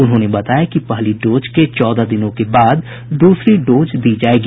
उन्होंने बताया कि पहली डोज के चौदह दिनों के बाद दूसरी डोज दी जायेगी